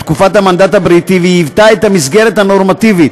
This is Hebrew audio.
בתקופת המנדט הבריטי, והייתה המסגרת הנורמטיבית